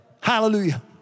Hallelujah